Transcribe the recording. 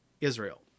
Israel